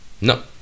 no